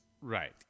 right